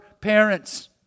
parents